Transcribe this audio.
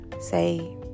Say